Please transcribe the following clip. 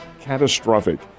catastrophic